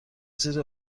زیر